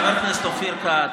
חבר הכנסת אופיר כץ,